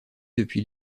depuis